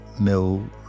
mill